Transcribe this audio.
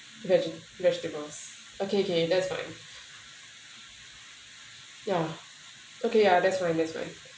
veggie vegetables okay okay that's fine ya okay ya that's fine that's fine